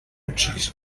ucciso